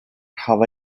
how